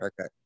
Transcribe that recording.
Okay